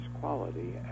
quality